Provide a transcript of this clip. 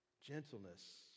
gentleness